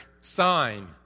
sign